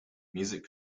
music